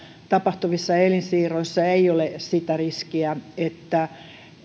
tapahtuvissa elinsiirroissa ei ole sitä riskiä että